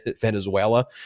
Venezuela